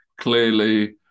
Clearly